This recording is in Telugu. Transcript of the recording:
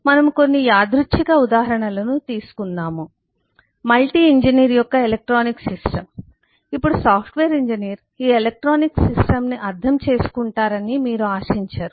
మనము కొన్ని యాదృచ్ఛిక ఉదాహరణలను తీసుకుందాము మల్టీ ఇంజనీర్ యొక్క ఎలక్ట్రానిక్ సిస్టమ్ ఇప్పుడు సాఫ్ట్వేర్ ఇంజనీర్ ఈ ఎలక్ట్రానిక్ సిస్టమ్ను అర్థం చేసుకుంటారని మీరు ఆశించరు